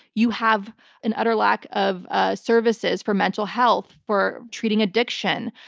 you have an utter lack of ah services for mental health, for treating addiction,